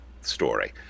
story